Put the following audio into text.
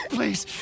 Please